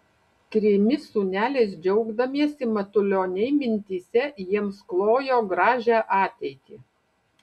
trimis sūneliais džiaugdamiesi matulioniai mintyse jiems klojo gražią ateitį